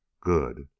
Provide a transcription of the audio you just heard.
Good